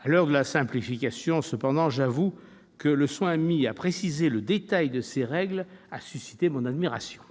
À l'heure de la simplification, j'avoue cependant que le soin mis à préciser le détail de ces règles a suscité mon admiration